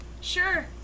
Sure